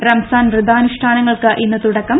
റംസാൻ വ്രതാനുഷ്ഠാനങ്ങൾക്ക് ഇന്ന് തുടക്കം